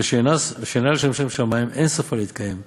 ושאינה לשם שמים, אין סופה להתקיים.